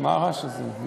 מה הרעש הזה?